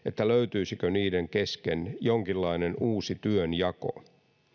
löytyisikö niiden kesken jonkinlainen uusi työnjako